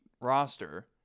roster